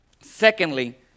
Secondly